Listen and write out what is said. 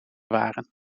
waren